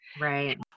Right